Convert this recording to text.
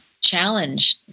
challenge